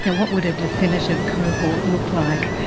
and what would a definitive cohort look like?